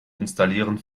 installieren